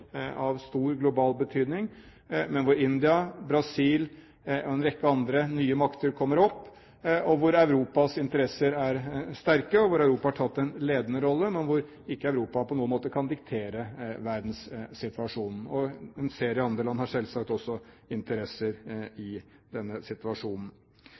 av stor global betydning, hvor India, Brasil og en rekke andre nye makter kommer opp, hvor Europas interesser er sterke, og hvor Europa har tatt den ledende rollen – og hvor Europa ikke på noen måte kan diktere verdenssituasjonen. En serie andre land har selvsagt også interesser i denne situasjonen.